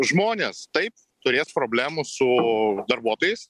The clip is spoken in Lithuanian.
žmones taip turės problemų su darbuotojais